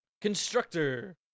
Constructor